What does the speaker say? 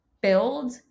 build